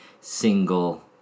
single